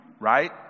right